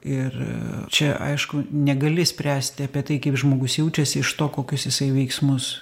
ir čia aišku negali spręsti apie tai kaip žmogus jaučiasi iš to kokius jisai veiksmus